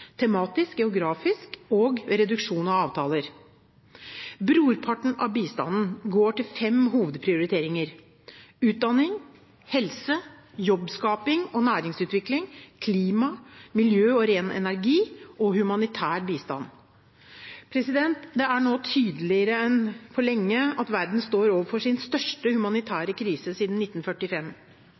tematisk, geografisk og ved reduksjon av avtaler. Brorparten av bistanden går til fem hovedprioriteringer: utdanning, helse, jobbskaping og næringsutvikling, klima, miljø og ren energi, og humanitær bistand. Det er nå tydeligere enn på lenge at verden står overfor sin største humanitære krise siden 1945.